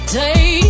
day